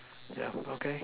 yeah okay